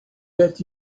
get